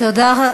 תודה רבה.